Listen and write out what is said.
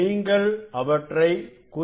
நீங்கள் அவற்றை குறித்துக்கொள்ள வேண்டும்